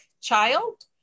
child